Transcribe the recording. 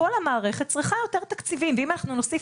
כל המערכת צריכה יותר תקציבים ואם אנחנו נוסיף